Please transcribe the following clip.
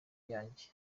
iyanjye